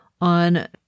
on